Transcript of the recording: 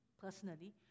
personally